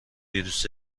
ویروس